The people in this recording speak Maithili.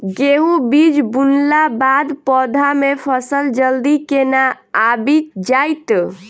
गेंहूँ बीज बुनला बाद पौधा मे फसल जल्दी केना आबि जाइत?